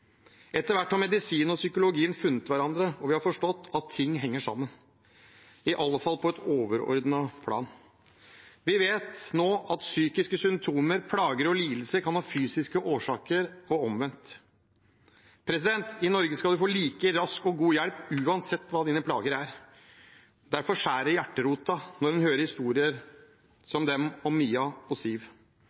Etter hvert har medisinen og psykologien funnet hverandre, og vi har forstått at ting henger sammen, i alle fall på et overordnet plan. Vi vet nå at psykiske symptomer, plager og lidelser kan ha fysiske årsaker, og omvendt. I Norge skal du få like rask og god hjelp uansett hva dine plager er. Derfor skjærer det i hjerterota når en hører historier som dem om Mia og